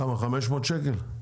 כמה 500 שקל?